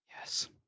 Yes